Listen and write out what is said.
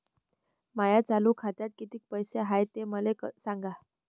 माया चालू खात्यात किती पैसे हाय ते मले सांगा